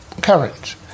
current